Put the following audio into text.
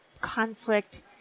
conflict